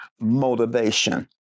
motivation